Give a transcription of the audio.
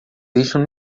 deixam